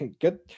Good